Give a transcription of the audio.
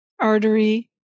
artery